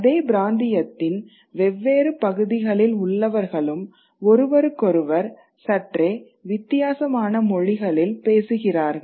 அதே பிராந்தியத்தின் வெவ்வேறு பகுதிகளில் உள்ளவர்களும் ஒருவருக்கொருவர் சற்றே வித்தியாசமான மொழிகளில் பேசுகிறார்கள்